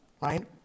right